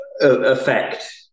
effect